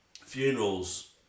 funerals